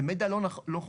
מידע לא נכון.